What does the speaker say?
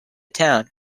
town